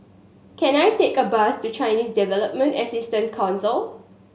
can I take a bus to Chinese Development Assistance Council